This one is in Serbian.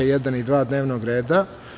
1. i 2. dnevnog reda.